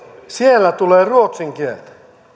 siellä tulee ruotsin kieltä